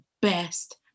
best